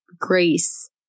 grace